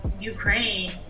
Ukraine